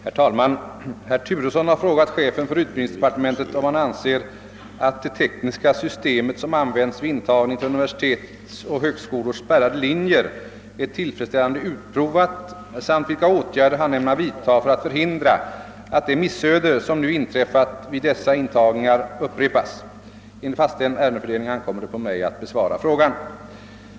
Herr talman! Herr Turesson har frågat chefen för utbildningsdepartementet, om han anser att det tekniska system som används vid intagning till universitets och högskolors spärrade linjer är tillfredsställande utprovat samt vilka åtgärder han ämnar: vidta för att förhindra att det missöde som nu inträffat vid dessa intagningar upprepas. Enligt fastställd ärendefördelning ankommer det på mig att besvara frågan.